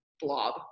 blob